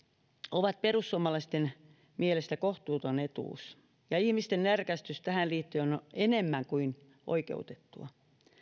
ovat perussuomalaisten mielestä kohtuuton etuus ja ihmisten närkästys tähän liittyen on enemmän kuin oikeutettua